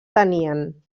tenien